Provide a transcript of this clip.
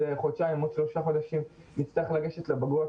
חודשיים שלושה נצרך לגשת לבגרויות,